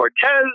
Cortez